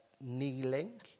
kneeling